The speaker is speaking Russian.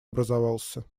образовался